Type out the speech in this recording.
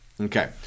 Okay